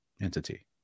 entity